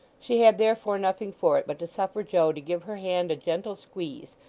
she had therefore nothing for it but to suffer joe to give her hand a gentle squeeze,